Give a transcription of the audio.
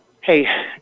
Hey